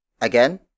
Again